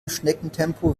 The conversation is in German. schneckentempo